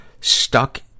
stuck